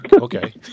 Okay